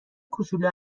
کوچولو